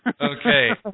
Okay